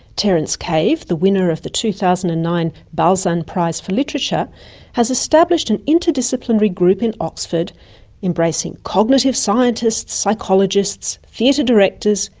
terence cave, the winner of the two thousand and nine balzan prize for literature has established an interdisciplinary group in oxford embracing cognitive scientists, psychologists, theatre directors,